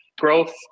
growth